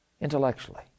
Intellectually